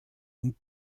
und